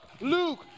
Luke